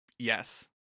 Yes